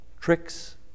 tricks